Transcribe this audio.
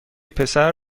پسر